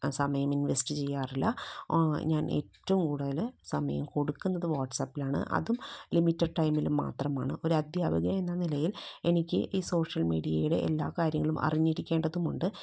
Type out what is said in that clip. സമയം ഇൻവെസ്റ്റ് ചെയ്യാറില്ല ഞാൻ ഏറ്റവും കൂട്തൽ സമയം കൊടുക്കുന്നത് വാട്ട്സാപ്പിലാണ് അതും ലിമിറ്റഡ് ടൈമിൽ മാത്രമാണ് ഒരു അധ്യാപിക എന്ന നിലയിൽ എനിക്ക് ഈ സോഷ്യൽ മീഡിയയുടെ എല്ലാ കാര്യങ്ങളും അറിഞ്ഞിരിക്കേണ്ടതുമുണ്ട്